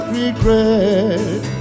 regret